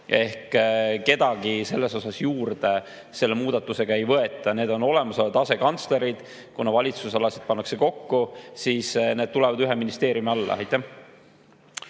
kedagi juurde selle muudatusega ei võeta. Need on olemasolevad asekantslerid. Kuna valitsusalasid pannakse kokku, siis need tulevad ühe ministeeriumi alla. Need